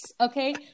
okay